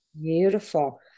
Beautiful